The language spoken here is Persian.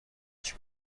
اتش